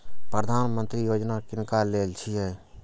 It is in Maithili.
प्रधानमंत्री यौजना किनका लेल छिए?